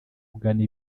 kugana